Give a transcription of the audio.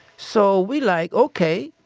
so we like, okay.